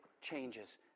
changes